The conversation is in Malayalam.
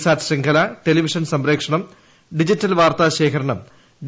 സാറ്റ് ശൃംഖല ടെലിവിഷൻ സംപ്രേഷണം ഡിജിറ്റൽ വാർത്ത്പൂ ശേഖരണം ഡി